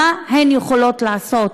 מה הן יכולות לעשות?